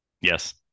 Yes